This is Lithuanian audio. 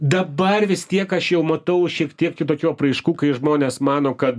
dabar vis tiek aš jau matau šiek tiek kitokių apraiškų kai žmonės mano kad